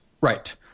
Right